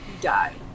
die